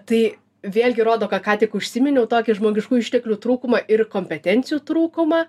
tai vėlgi rodo kad ką tik užsiminiau tokį žmogiškųjų išteklių trūkumą ir kompetencijų trūkumą